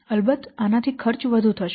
પરંતુ અલબત્ત આનાથી ખર્ચ વધુ થશે